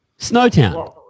Snowtown